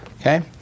Okay